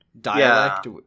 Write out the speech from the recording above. dialect